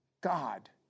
God